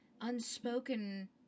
unspoken